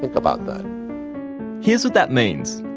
about that here's what that means.